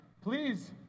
Please